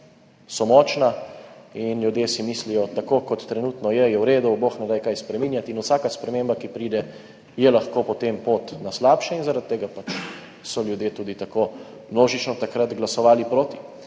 močna in ljudje si mislijo, tako kot trenutno je, je v redu, bog ne daj kaj spreminjati in vsaka sprememba, ki pride, je lahko potem pot na slabše in zaradi tega so pač ljudje tudi tako množično takrat glasovali proti,